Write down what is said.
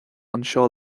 anseo